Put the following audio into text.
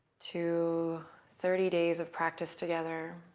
to thirty days of practice together.